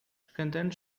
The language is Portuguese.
cantando